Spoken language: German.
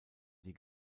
die